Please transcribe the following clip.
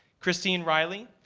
christine riley,